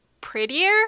prettier